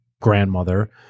grandmother